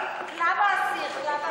האסיר, האסיר.